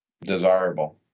desirable